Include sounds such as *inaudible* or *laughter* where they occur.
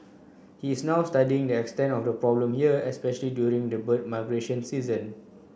he is now studying the extent of the problem here especially during the bird *unintelligible* season